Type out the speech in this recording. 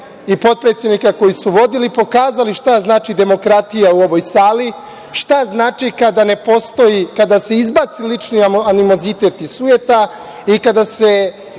i potpredsednika koji su vodili, pokazala šta znači demokratija u ovoj sali, šta znači kada ne postoji, kada se izbaci lični animozitet i sujeta i kada se